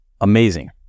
Amazing